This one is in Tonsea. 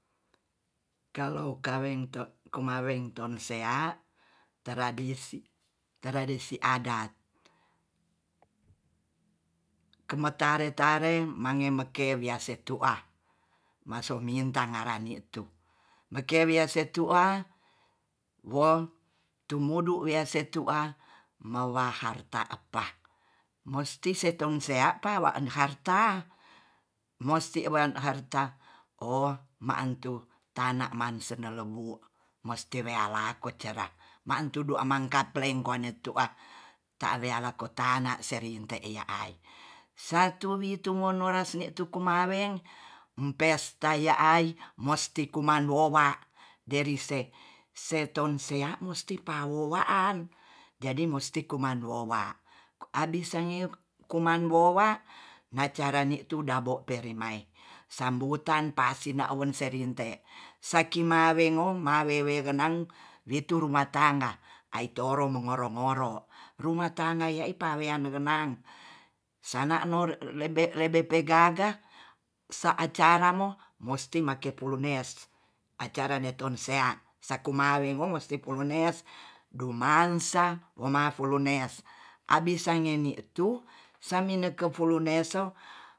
Kalau kaweng to kumaweng tonsea tradisi. tradisi adat kemetare tare mange meke wiase tu'a maso minta ngara ni tu meke wiase tu'a wong tumudu wease tua mala harta appa musti se tonsea pala harta musti harta o ma'antu tana man senelewu mesti reala kecera mang tudu amangkat plengko net tu'a ta area ko tanah serinte ya ai satu witu wonores ne tuku maweng pesta ya'ai mesti komandowa derise se tonsea musti paowa'an jadi musti komanboa abis sengi kumanboa macarani tudabo peremai sambutan pasina wonserinte saki mawesngo mawewe genan witu rumah tangga aitoro mongoro-ngoro rumah tangga yaipa negenang sana no lemnbe lebe pegaga sa acaramo musti make pulenes acarane tonsea saku mawengo musti pulunes dumansa wuma pulunes abis sangeni'tu samineke puluneso